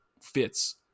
fits